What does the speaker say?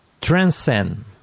Transcend